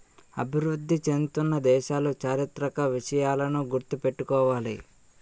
అభివృద్ధి చెందుతున్న దేశాలు చారిత్రక విషయాలను గుర్తు పెట్టుకోవాలి